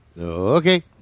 Okay